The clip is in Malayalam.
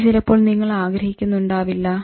അത് ചിലപ്പോൾ നിങ്ങൾ ആഗ്രഹിക്കുന്നുണ്ടാവില്ല